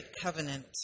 covenant